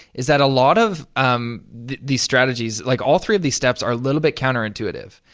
is that a lot of um these strategies, like, all three of these steps, are a little bit counter-intuitive.